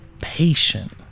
patient